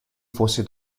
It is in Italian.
fosse